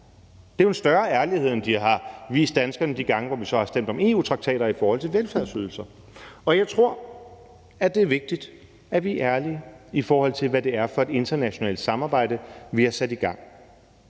Det er jo en større ærlighed end den, som de har vist danskerne de gange, hvor vi så har stemt om EU-traktater i forhold til velfærdsydelser. Og jeg tror, det er vigtigt, at vi er ærlige, i forhold til hvad det er for et internationalt samarbejde, vi har sat i gang.